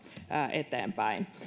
eteenpäin